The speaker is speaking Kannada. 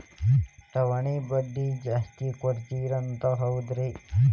ಠೇವಣಿಗ ಬಡ್ಡಿ ಜಾಸ್ತಿ ಕೊಡ್ತಾರಂತ ಹೌದ್ರಿ?